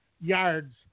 yards